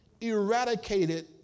eradicated